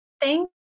Thank